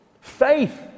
Faith